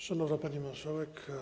Szanowna Pani Marszałek!